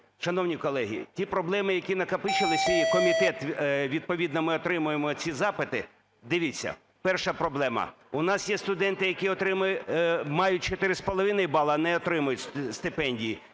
Шановні колеги, ті проблеми, які накопичились, і комітет відповідно, ми отримуємо ці запити, дивіться, перша проблема. У нас є студенти, які отримують... мають 4,5 бали, а не отримують стипендії;